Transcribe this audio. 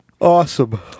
Awesome